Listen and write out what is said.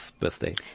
birthday